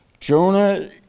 Jonah